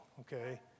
okay